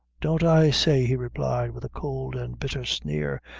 don't i say, he replied, with a cold and bitter sneer,